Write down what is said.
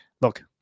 look